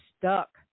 stuck